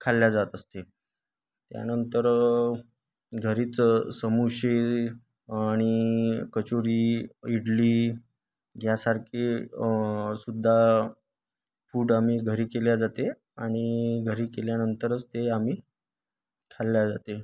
खाल्ल्या जात असते त्यानंतर घरीच समोसे आणि कचोरी इडली यासारखे सुद्धा फूड आम्ही घरी केल्या जाते आणि घरी केल्यानंतरच ते आम्ही खाल्ल्या जाते